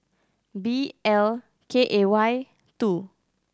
B L K A Y two